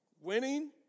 Winning